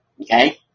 okay